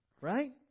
right